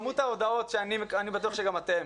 אני בטוח שגם אתם.